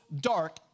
dark